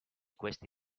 questi